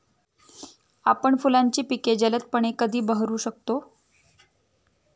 आपण फुलांची पिके जलदपणे कधी बहरू शकतो?